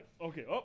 Okay